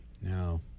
No